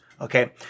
okay